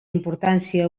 importància